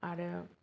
आरो